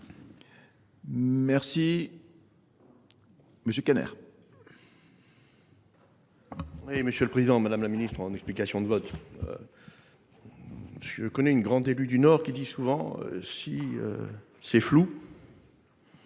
Merci. Monsieur Caner. Oui Monsieur le Président, Madame la Ministre en explication de vote. Je connais une grande élue du Nord qui dit souvent si c'est flou